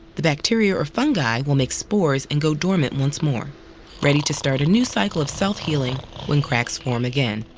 the bacteria or fungi will make spores and go dormant once more ready to start a new cycle of self-healing when cracks form again.